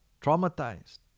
traumatized